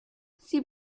sie